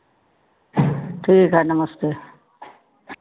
ठीक है नमस्ते